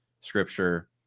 Scripture